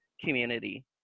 community